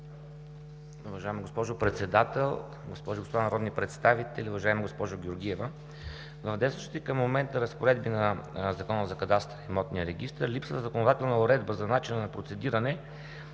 В действащите към момента разпоредби на Закона за кадастъра и имотния регистър (ЗКИР) липсва законодателна уредба за начина на процедиране,